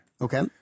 Okay